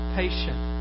patient